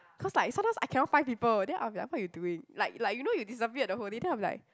cause like sometimes I cannot find people then I'll be like what you doing like like you know you disappeared the whole day then I'm like